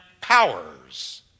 powers